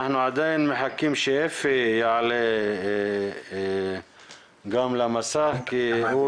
אנחנו עדיין מחכים שאפי יעלה גם למסך כי הוא